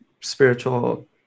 spiritual